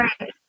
Right